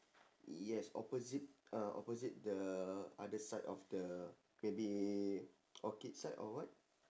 yes opposite uh opposite the other side of the maybe orchid side or what